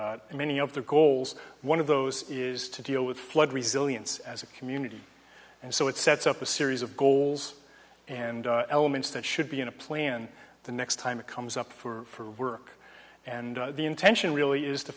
many of the goals one of those is to deal with flood resilience as a community and so it sets up a series of goals and elements that should be in a plan the next time it comes up for work and the intention really is to